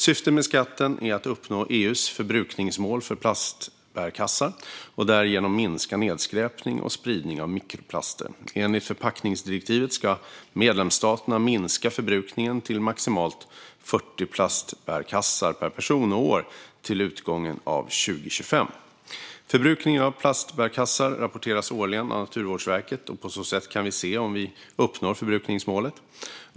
Syftet med skatten är att uppnå EU:s förbrukningsmål för plastbärkassar och därigenom minska nedskräpning och spridning av mikroplaster. Enligt förpackningsdirektivet ska medlemsstaterna minska förbrukningen till maximalt 40 plastbärkassar per person och år till utgången av 2025. Förbrukningen av plastbärkassar rapporteras årligen av Naturvårdsverket, och på så sätt kan vi se om vi uppnår förbrukningsmålet.